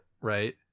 Right